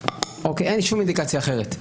בסופו של דבר, אין לי שום אינדיקציה אחרת.